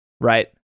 Right